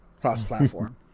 cross-platform